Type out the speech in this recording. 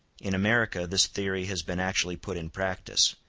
in america this theory has been actually put in practice,